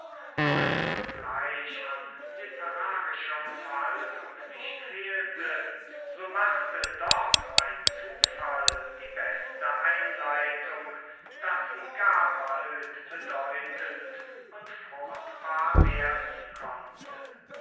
ob es nun gleich an literarischer unterhaltung nicht fehlte so machte doch ein zufall die beste einleitung daß sie gar bald bedeutend und fruchtbar werden konnte